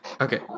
okay